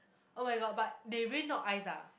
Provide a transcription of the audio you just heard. oh-my-god but they really not ice ah